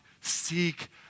seek